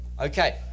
Okay